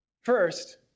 First